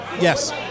Yes